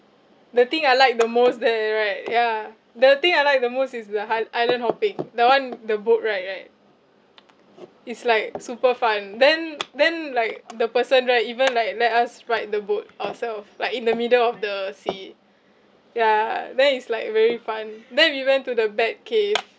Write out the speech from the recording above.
the thing I like the most there right ya the thing I like the most is the hi~ island hopping that [one] the boat right right is like super fun then then like the person right even like let us ride the boat ourself like in the middle of the sea ya then it's like very fun then we went to the bat cave